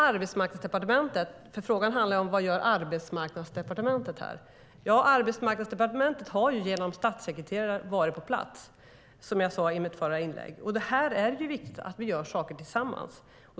Arbetsmarknadsdepartementet - för frågan handlar ju om vad Arbetsmarknadsdepartementet gör här - har genom statsekreterare varit på plats, som jag sade i mitt förra inlägg. Det är viktigt att vi gör saker tillsammans.